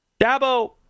Dabo